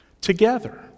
Together